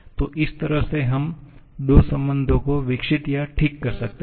तो इस तरह से हम दो संबंधों को विकसित या ठीक कर सकते हैं